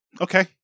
okay